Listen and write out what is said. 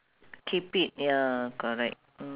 keep it ya correct mm